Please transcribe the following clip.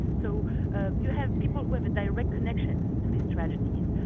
so ah you have people who have a direct connection to these tragedies,